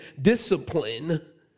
discipline